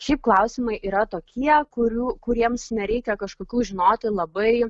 šiaip klausimai yra tokie kurių kuriems nereikia kažkokių žinoti labai